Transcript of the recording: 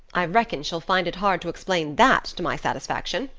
i reckon she'll find it hard to explain that to my satisfaction.